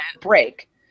break